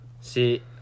see